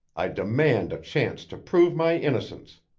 i demand a chance to prove my innocence!